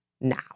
now